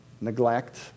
neglect